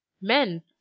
Men